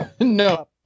No